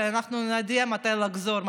אנחנו נודיע מתי לחזור,